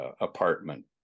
apartment